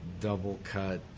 double-cut